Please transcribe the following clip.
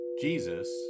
Jesus